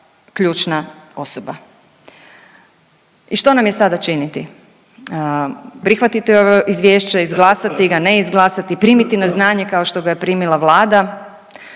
ključna osoba. I što nam je sada činiti? Prihvatiti ovo izvješće, izglasati ga, ne izglasati, primiti na znanje kao što ga je primila Vlada,